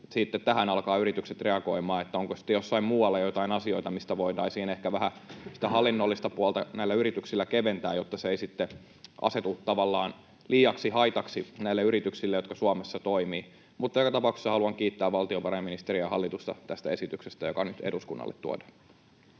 tähän alkavat yritykset reagoimaan, onko sitten jossain muualla joitain asioita, mistä voitaisiin ehkä vähän sitä hallinnollista puolta näillä yrityksillä keventää, jotta se ei asetu tavallaan liiaksi haitaksi näille yrityksille, jotka Suomessa toimivat. Mutta joka tapauksessa haluan kiittää valtiovarainministeriä ja hallitusta tästä esityksestä, joka nyt eduskunnalle tuodaan.